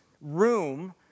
room